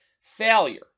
Failure